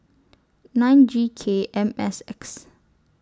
nine G K M S X